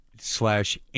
slash